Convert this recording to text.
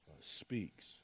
speaks